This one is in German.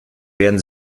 werden